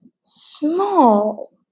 small